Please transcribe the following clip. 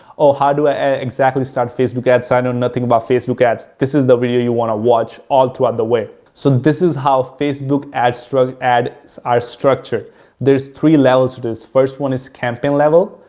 oh, how do i exactly start facebook ads? i know nothing about facebook ads, this is the video you want to watch all throughout the way. so, this is how facebook ads struggle ad so structured. there's three levels to this. first one is campaign level.